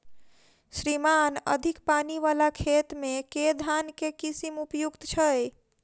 श्रीमान अधिक पानि वला खेत मे केँ धान केँ किसिम उपयुक्त छैय?